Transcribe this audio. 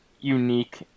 unique